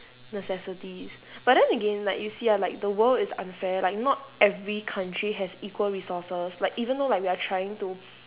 necessities but then again like you see ah like the world is unfair like not every country has equal resources like even though like we are trying to